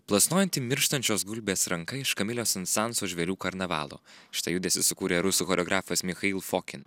plasnojanti mirštančios gulbės ranka iš kamilio sen sanso žvėrių karnavalo šitą judesį sukūrė rusų choreografas michail fokin